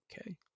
Okay